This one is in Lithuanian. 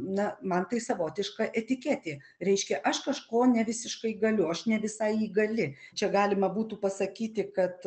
na man tai savotiška etiketė reiškia aš kažko ne visiškai galiu aš ne visai įgali čia galima būtų pasakyti kad